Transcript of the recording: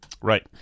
Right